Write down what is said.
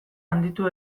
handitu